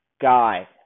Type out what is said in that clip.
guy